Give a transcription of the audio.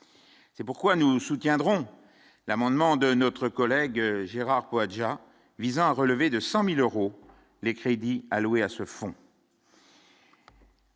C'est pourquoi nous soutiendrons l'amendement de notre collègue Gérard Poadja visant à relever de 100000 euros, les crédits alloués à ce fonds.